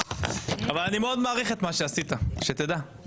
אבל אני מאוד מעריך את מה שעשית, שתדע.